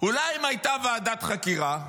אולי אם הייתה ועדת חקירה,